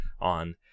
on